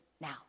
now